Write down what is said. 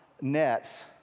nets